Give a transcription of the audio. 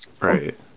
right